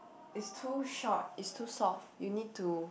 it's too short it's too soft you need to